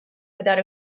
without